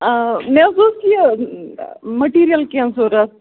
مےٚ حظ اوس یہِ مٔٹیٖریَل کیٚنٛہہ ضوٚرَتھ